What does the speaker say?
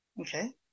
Okay